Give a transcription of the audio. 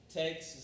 takes